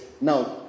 Now